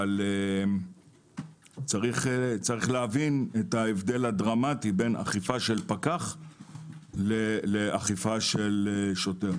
אבל צריך להבין את ההבדל הדרמטי בין אכיפת פקח לאכיפת שוטר.